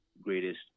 greatest